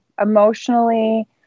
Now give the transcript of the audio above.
emotionally